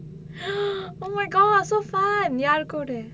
oh my god so fun யார் கூட:yaar kooda